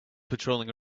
patrolling